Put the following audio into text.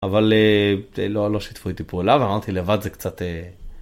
אבל לא שיתפו איתי פעולה ואמרתי לבד זה קצת.